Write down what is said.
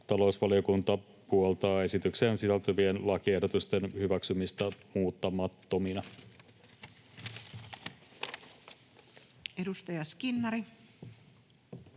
talousvaliokunta puoltaa esitykseen sisältyvien lakiehdotusten hyväksymistä muuttamattomina. [Speech